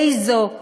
איזו נאיביות.